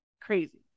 crazy